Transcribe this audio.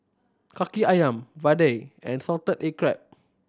Kaki Ayam vadai and salted egg crab